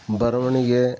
ಬರವಣ್ಗೆ